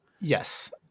Yes